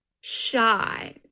shy